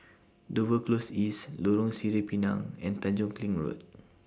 Dover Close East Lorong Sireh Pinang and Tanjong Kling Road